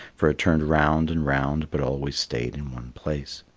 for it turned round and round but always stayed in one place.